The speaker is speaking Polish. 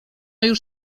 już